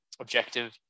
objective